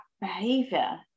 behavior